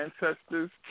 ancestors